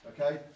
okay